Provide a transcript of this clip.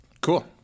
Cool